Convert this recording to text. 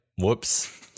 Whoops